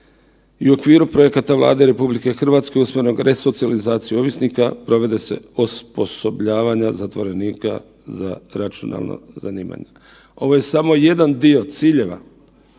i u okviru projekata Vlade RH i usmenog resocijalizacije ovisnika provode se osposobljavanja zatvorenika za računalno zanimanje. Ovo je samo jedan dio ciljeva